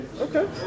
okay